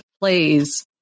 plays